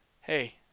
hey